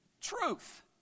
Truth